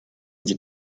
sie